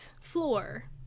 floor